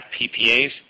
PPAs